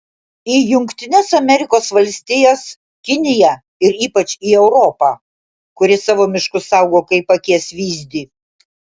į jungtines amerikos valstijas kiniją ir ypač į europą kuri savo miškus saugo kaip akies vyzdį